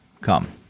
come